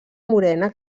morena